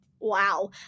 wow